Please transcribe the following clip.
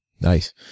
Nice